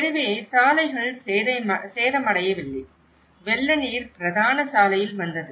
எனவே சாலைகள் சேதமடையவில்லை வெள்ள நீர் பிரதான சாலையில் வந்தது